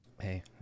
hey